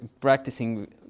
practicing